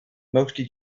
mostly